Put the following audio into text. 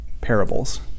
parables